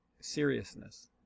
seriousness